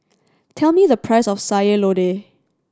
tell me the price of Sayur Lodeh